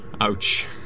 Ouch